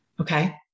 Okay